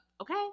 okay